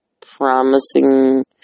promising